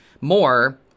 more